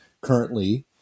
currently